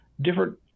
different